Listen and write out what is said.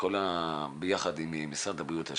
ביחד עם משרד הבריאות.